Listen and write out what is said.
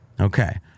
Okay